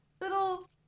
little